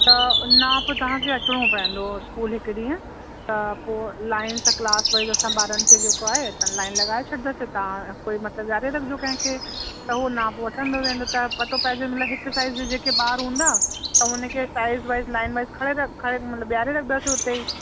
त नाप तव्हां खे अचिणो पवंदो स्कूल हिक ॾींहं त पोइ लाइन सां क्लास वाइस असां ॿारनि खे जेको आहे असां लाइन लॻाए छॾींदासीं तव्हां कोई मतिलबु विहारे रखिजो कंहिं खे त उहो नाप वठंदो वेंदो त पतो पए जंहिंमहिल हिकु साइज़ जेके ॿार हूंदा त हुन खे साइज़ वाइस लाइन वाइस खड़े र खड़े मतिलबु ॿीहारे रखंदासीं उते ई